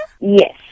Yes